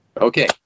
Okay